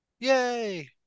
Yay